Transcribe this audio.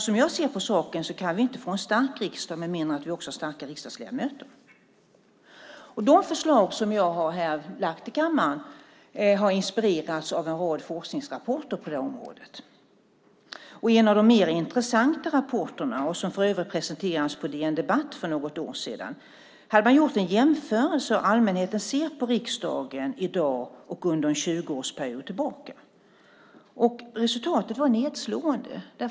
Som jag ser på saken kan vi inte få en stark riksdag med mindre än att vi också har starka riksdagsledamöter. De förslag som jag har lagt fram för kammaren har inspirerats av en rad forskningsrapporter på det här området. I en av de mer intressanta rapporterna, som för övrigt presenterades på DN Debatt för något år sedan, hade man gjort en jämförelse mellan hur allmänheten ser på riksdagen i dag och under en 20-årsperiod tillbaka. Resultatet var nedslående.